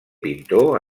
pintor